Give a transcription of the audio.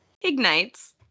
ignites